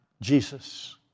Jesus